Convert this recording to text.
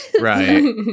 Right